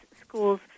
schools